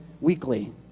weekly